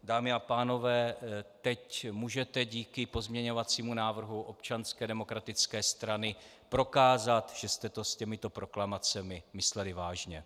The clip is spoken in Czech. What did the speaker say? Dámy a pánové, teď můžete díky pozměňovacímu návrhu Občanské demokratické strany prokázat, že jste to s těmito proklamacemi mysleli vážně.